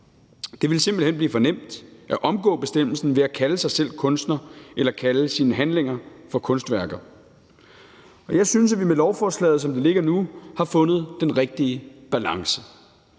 Det ville simpelt hen blive for nemt at omgå bestemmelsen ved at kalde sig selv kunstner eller kalde sine handlinger for kunstværker. Jeg synes, at vi med lovforslaget, som det ligger nu, har fundet den rigtige balance.